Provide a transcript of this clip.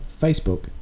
Facebook